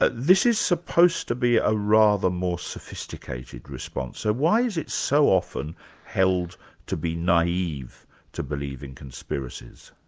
ah this is supposed to be a rather more sophisticated response. so why is it so often held to be naive to believe in conspiracies?